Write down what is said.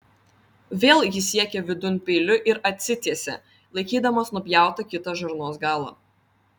vėl jis siekė vidun peiliu ir atsitiesė laikydamas nupjautą kitą žarnos galą